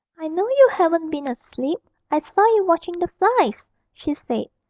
i know you haven't been asleep i saw you watching the flies she said.